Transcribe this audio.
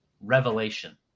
revelation